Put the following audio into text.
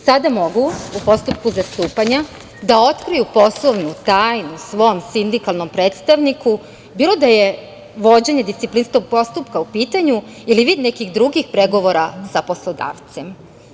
Sada mogu u postupku zastupanja da otkriju poslovnu tajnu svom sindikalnom predstavniku, bilo da je vođenje disciplinskog postupka u pitanju ili vid nekih drugih pregovora sa poslodavcem.